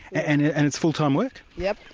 and and it's full-time work? yes.